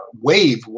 wave